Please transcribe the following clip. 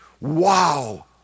Wow